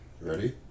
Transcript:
Ready